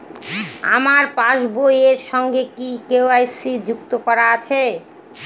আমার পাসবই এর সঙ্গে কি কে.ওয়াই.সি যুক্ত করা আছে?